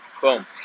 boom